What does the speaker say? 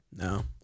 No